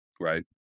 Right